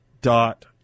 dot